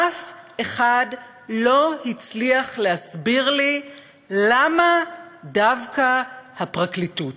אף אחד לא הצליח להסביר לי למה דווקא הפרקליטות,